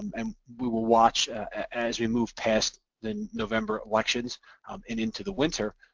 um we will watch as we move past the november elections um and into the winter,